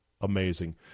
amazing